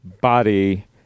body